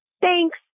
Thanks